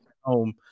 home